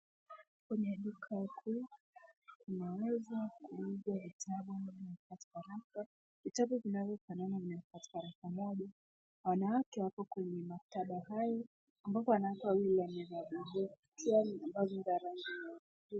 Kwenye duka kuu, kunaweza kuuzwa vitabu kwenye rafa. Vitabu vinavyofanana vimekatwa katika rafu moja. Wanawake wako kwenye maktaba hayo, ambapo wanawake wawili wamevaa blauzi ambazo za rangi nyeupe.